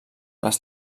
les